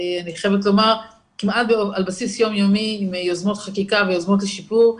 אני חייבת לומר כמעט על בסיס יום-יומי עם יוזמות חקיקה ויוזמות לשיפור.